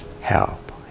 Help